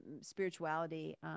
spirituality